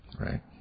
Right